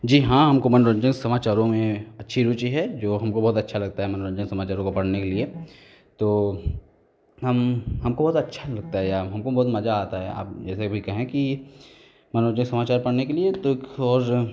जी हाँ हमको मनोरंजक समाचारों में अच्छी रूचि है जो हमको बहुत अच्छा लगता है मनोरंजक समाचारों को पढ़ने के लिए तो हम हमको बहुत अच्छा लगता है या हमको बहुत मज़ा आता है या जैसे अभी कहें कि मनोरंजक समाचार पढ़ने के लिए तो फ़िर